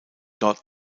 dort